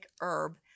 herb